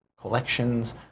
collections